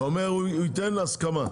אתה אומר שהוא ייתן הסכמה,